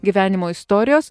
gyvenimo istorijos